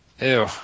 Ew